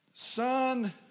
Son